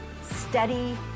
steady